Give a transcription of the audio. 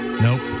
nope